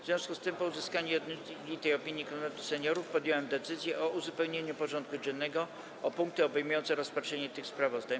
W związku z tym, po uzyskaniu jednolitej opinii Konwentu Seniorów, podjąłem decyzję o uzupełnieniu porządku dziennego o punkty obejmujące rozpatrzenie tych sprawozdań.